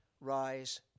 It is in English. rise